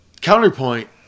counterpoint